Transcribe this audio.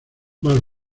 más